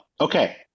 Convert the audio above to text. Okay